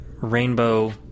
rainbow